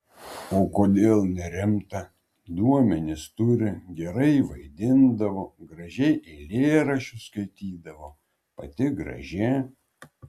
o kodėl nerimta duomenis turi gerai vaidindavo gražiai eilėraščius skaitydavo pati graži